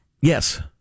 Yes